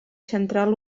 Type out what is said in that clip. central